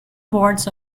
boards